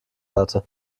hatte